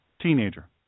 teenager